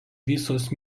visos